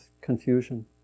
confusion